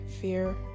fear